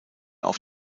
auf